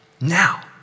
Now